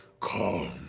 calm,